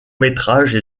métrages